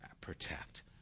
protect